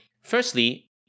Firstly